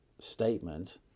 statement